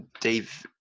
Dave